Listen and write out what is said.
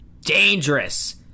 dangerous